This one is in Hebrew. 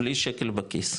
בלי שקל בכיס,